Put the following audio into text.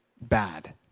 bad